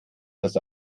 das